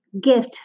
gift